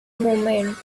movement